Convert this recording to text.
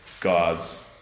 God's